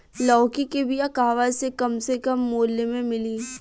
लौकी के बिया कहवा से कम से कम मूल्य मे मिली?